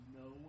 no